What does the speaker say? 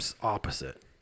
opposite